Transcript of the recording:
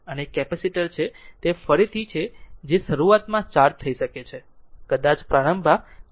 અને એક કેપેસિટર છે તે ફરીથી છે જે શરૂઆતમાં ચાર્જ થઈ શકે છે કદાચ પ્રારંભમાં ચાર્જ થઈ શકે છે